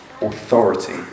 authority